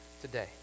today